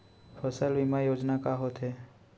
फसल बीमा योजना का होथे?